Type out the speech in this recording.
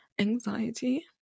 anxiety